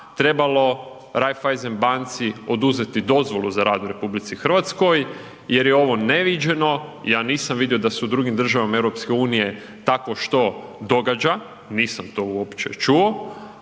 trebalo Raiffeisenbanci oduzeti dozvolu za rad u RH jer je ovo neviđeno, ja nisam vidio da se u drugim državama EU takvo što događa, nisam to uopće čuo,